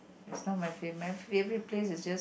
is not my fav my favourite place is just